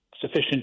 sufficient